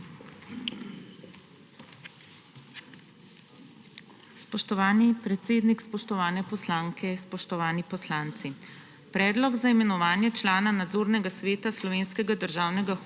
Spoštovani predsednik, spoštovane poslanke, spoštovani poslanci! Predlog za imenovanje člana nadzornega sveta Slovenskega državnega holdinga